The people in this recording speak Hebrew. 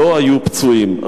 לא היו פצועים.